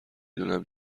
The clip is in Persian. دونم